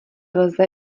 lze